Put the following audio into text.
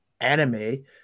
anime